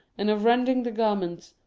and of rending the garments,